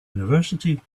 university